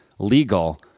Legal